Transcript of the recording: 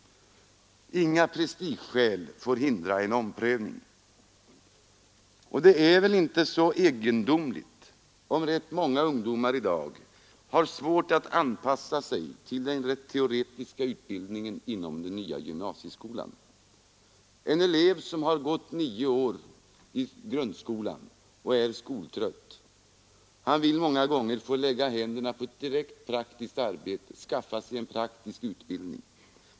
Inga prestigeskäl får hindra en omprövning, och det är inte så egendomligt om rätt många ungdomar i dag har svårt att anpassa sig till den teoretiska utbildningen inom den nya gymnasieskolan. En elev som har gått nio år i grundskolan och är skoltrött vill många gånger få lägga händerna på ett direkt praktiskt arbete, skaffa sig en praktisk utbildning.